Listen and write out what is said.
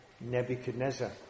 Nebuchadnezzar